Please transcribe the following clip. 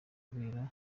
kubera